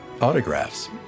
autographs